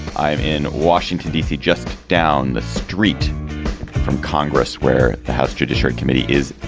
i'm in washington, d c, just down the street from congress where the house judiciary committee is,